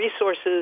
resources